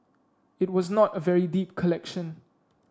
it was not a very deep collection